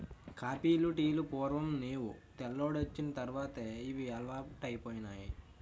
కాపీలు టీలు పూర్వం నేవు తెల్లోడొచ్చిన తర్వాతే ఇవి అలవాటైపోనాయి